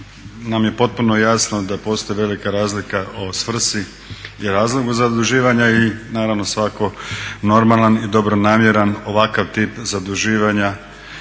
nam je potpuno jasno da postoji velika razlika o svrsi i razlogu zaduživanja i naravno svako normalan i dobronamjeran ovakav tip zaduživanja